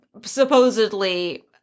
supposedly –